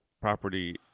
property